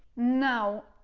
now,